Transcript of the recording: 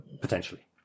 potentially